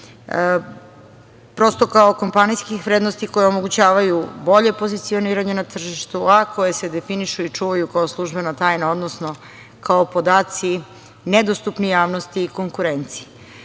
Prosto kao kompanijskih vrednosti koje omogućavaju bolje pozicioniranje na tržištu, a koje se definišu i čuvaju kao službena tajna, odnosno kao podaci nedostupni javnosti i konkurenciji. Naše